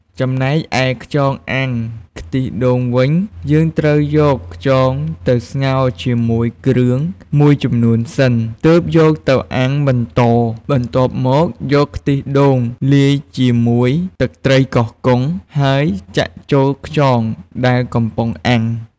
ចំណែកឯខ្យងអាំងខ្ទិះដូងវិញ យើងត្រូវយកខ្យងទៅស្ងោរជាមួយគ្រឿងមួយចំនួនសិន ទើបយកទៅអាំងបន្ត បន្ទាប់មកយកខ្ទិះដូងលាយជាមួយទឹកត្រីកោះកុង ហើយចាក់ចូលខ្យងដែលកំពុងអាំង។